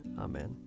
Amen